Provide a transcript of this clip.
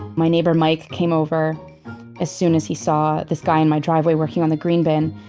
my neighbor mike came over as soon as he saw this guy in my driveway working on the green bin,